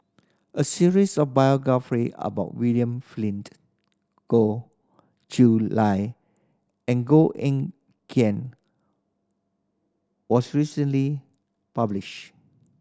a series of biography about William Flint Goh Chiew Lye and Goh Eng Kian was recently published